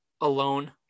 alone